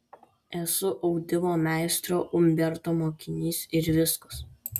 esu audimo meistro umberto mokinys ir viskas